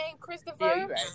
Christopher